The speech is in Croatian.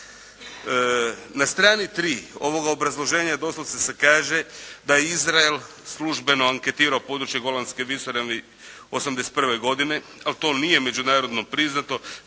Na strani 3. ovoga Obrazloženja doslovce se kaže da je Izrael službeno .../Govornik se ne razumije./… područje Golanske visoravni 81. godine. Ali to nije međunarodno priznato,